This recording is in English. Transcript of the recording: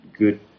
Good